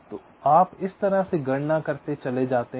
तो आप इस तरह से गणना करते चले जाते हैं